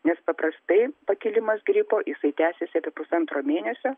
nes paprastai pakilimas gripo jisai tęsiasi apie pusantro mėnesio